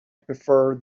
prefer